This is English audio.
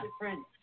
different